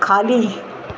खाली